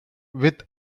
with